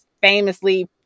famously